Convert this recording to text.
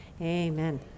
Amen